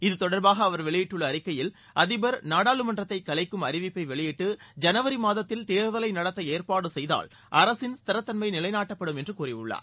இது தொடர்பாக அவர் வெளியிட்டுள்ள அறிக்கையில் அதிபர் நாடாளுமன்றத்தை கலைக்கும் அறிவிப்பை வெளியிட்டு ஜனவரி மாதத்தில் தேர்தலை நடத்த ஏற்பாடு செய்தால் அரசின் ஸ்திரத்தன்மை நிலைநாட்டப்படும் என்று கூறியுள்ளார்